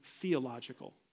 theological